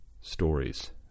stories